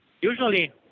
Usually